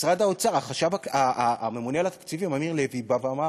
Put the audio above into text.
משרד האוצר, הממונה על התקציבים אמיר לוי אמר